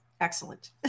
excellent